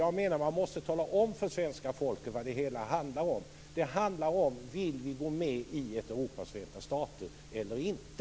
Jag menar att man måste tala om för svenska folket vad det hela handlar om: Vill vi gå med i ett Europas förenta stater eller inte?